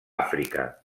àfrica